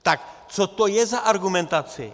Tak co to je za argumentaci?